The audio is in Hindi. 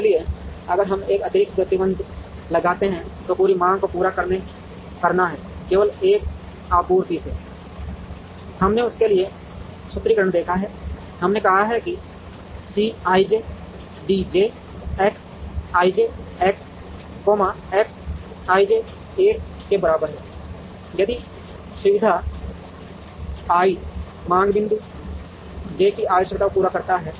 इसलिए अगर हम एक अतिरिक्त प्रतिबंध लगाते हैं तो पूरी मांग को पूरा करना है केवल 1 आपूर्ति से हमने उसके लिए सूत्रीकरण देखा है हमने कहा है कि C ij D j X ij X ij 1 के बराबर है यदि सुविधा I मांग बिंदु j की आवश्यकता को पूरा करता है